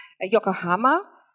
Yokohama